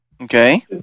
Okay